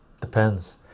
depends